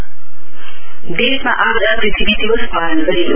Earth Day देशमा आज पृथ्वी दिवस पालन गरियो